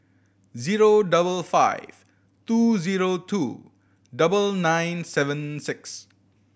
zero double five two zero two double nine seven six